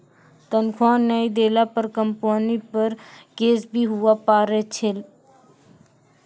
तनख्वाह नय देला पर कम्पनी पर केस भी हुआ पारै छै